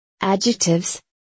adjectives